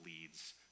leads